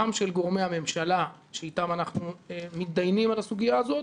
גם של גורמי הממשלה שאתם אנחנו מתדיינים על הסוגיה הזו,